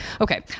Okay